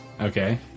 Okay